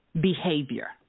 behavior